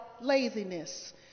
laziness